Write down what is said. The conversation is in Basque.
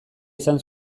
izan